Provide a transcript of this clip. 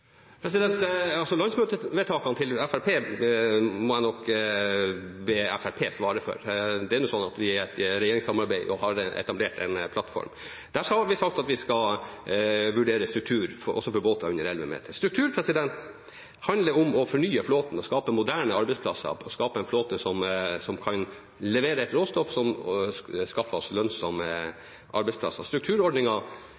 Landsmøtevedtakene til Fremskrittspartiet må jeg nok be Fremskrittspartiet svare for. Det er nå sånn at vi er i et regjeringssamarbeid og har etablert en plattform. Der har vi sagt at vi skal vurdere struktur også for båter under 11 meter. Struktur handler om å fornye flåten og skape moderne arbeidsplasser – skape en flåte som kan levere et råstoff som skaffer oss